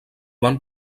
van